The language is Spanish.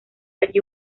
allí